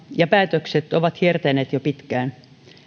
ja päätökset ovat hiertäneet jo pitkään